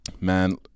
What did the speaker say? Man